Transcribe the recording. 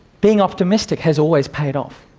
being optimistic has always paid off.